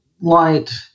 light